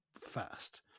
fast